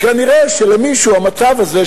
כי כנראה למישהו המצב הזה,